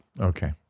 Okay